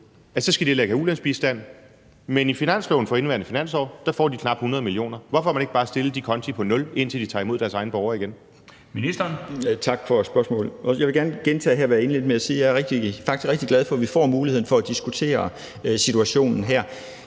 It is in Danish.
ikke have ulandsbistand, men i finansloven for indeværende finanslov får de knap 100 mio. kr. Hvorfor har man ikke bare stillet de konti på 0, indtil de tager imod deres egne borgere igen?